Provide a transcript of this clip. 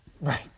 Right